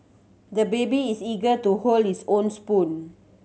the baby is eager to hold his own spoon